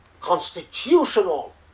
constitutional